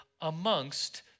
amongst